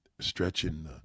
stretching